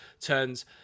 turns